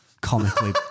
Comically